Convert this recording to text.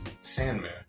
Sandman